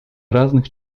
разных